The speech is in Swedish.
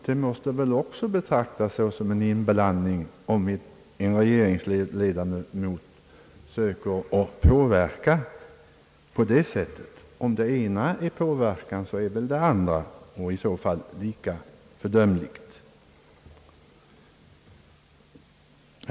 Det måste väl också betraktas som en inblandning, om en regeringsledamot söker påverka på det sättet — om det ena är påverkan, är väl det andra också påverkan och i så fall lika fördömlig.